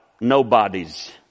nobodies